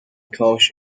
کاش